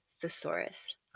thesaurus